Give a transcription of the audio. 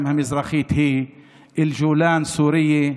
המזרחית היא (אומר בערבית: הגולן הוא סורי,